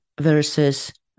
versus